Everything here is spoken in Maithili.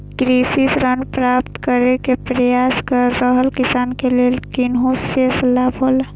कृषि ऋण प्राप्त करे के प्रयास कर रहल किसान के लेल कुनु विशेष लाभ हौला?